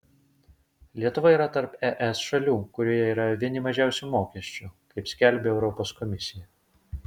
lietuva yra tarp es šalių kurioje yra vieni mažiausių mokesčių kaip skelbia europos komisija